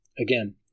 again